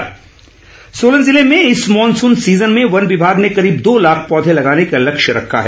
पौधरोपण सोलन जिले में इस मॉनसून सीजन में वन विभाग ने करीब दो लाख पौधे लगाने का लक्ष्य रखा है